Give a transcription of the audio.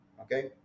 okay